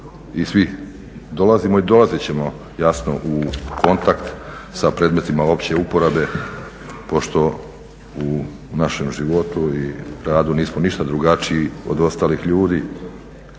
i svi dolazimo i dolazit ćemo jasno u kontakt sa predmetima opće uporabe pošto u našem životu i radu nismo ništa drugačiji od ostalih ljudi.